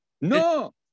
No